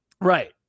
Right